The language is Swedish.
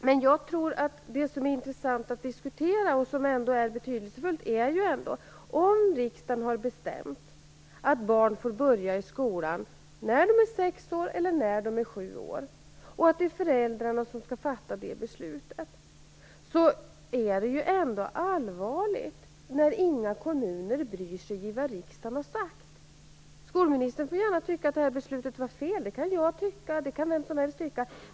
Det som är betydelsefullt och intressant att diskutera är detta: Om riksdagen har bestämt att barn får börja i skolan när de är sex år eller när de är sju år, och att det är föräldrarna som skall fatta det beslutet, är det allvarligt när inga kommuner bryr sig om vad riksdagen har sagt. Skolministern får gärna tycka att beslutet var fel. Det kan jag tycka, och det kan vem som helst tycka.